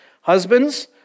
Husbands